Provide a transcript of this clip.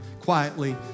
quietly